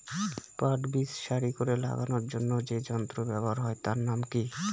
পাট বীজ সারি করে লাগানোর জন্য যে যন্ত্র ব্যবহার হয় তার নাম কি?